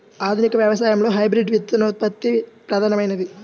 ఆధునిక వ్యవసాయంలో హైబ్రిడ్ విత్తనోత్పత్తి ప్రధానమైనది